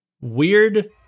weird